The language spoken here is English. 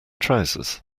trousers